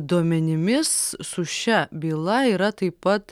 duomenimis su šia byla yra taip pat